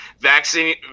vaccine –